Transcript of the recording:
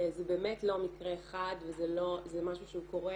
זה באמת לא מקרה אחד וזה משהו שהוא קורה